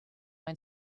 mind